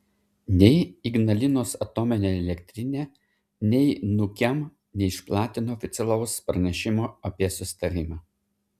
nei ignalinos atominė elektrinė nei nukem neišplatino oficialaus pranešimo apie susitarimą